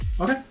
Okay